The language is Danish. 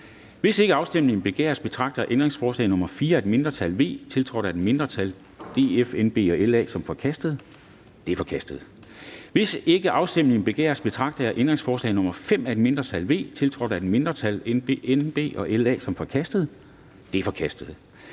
Hvis ikke afstemning begæres, betragter jeg ændringsforslag nr. 4 af et mindretal (V), tiltrådt af et mindretal (DF, NB og LA), som forkastet. Det er forkastet. Hvis ikke afstemning begæres, betragter jeg ændringsforslag nr. 5 af et mindretal (V), tiltrådt af et mindretal (NB og LA), som forkastet. Det er forkastet.